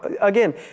Again